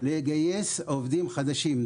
לגייס עובדים חדשים,